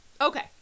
Okay